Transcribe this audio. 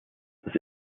das